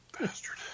Bastard